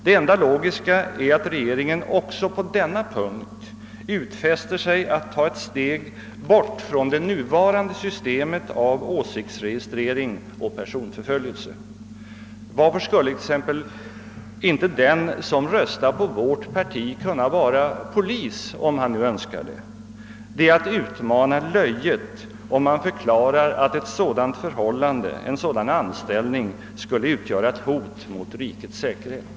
Det enda logiska är att regeringen också på denna punkt utfäster sig att ta ett steg bort från det nuvarande systemet av åsiktsregistrering och personförföljelse. Varför skulle t.ex. inte den som röstar på vårt parti kunna vara polis, om han nu önskar det? Det är att utmana löjet, om man förklarar att ett sådant anställningsförhållande skulle utgöra ett hot mot rikets säkerhet.